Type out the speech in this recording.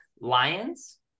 Lions